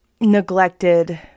neglected